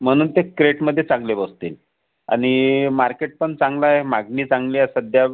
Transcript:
म्हणून ते क्रेटमधे चांगले बसतील आनि मार्केट पण चांगलं आहे मागणी चांगली आहे सध्या